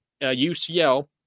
UCL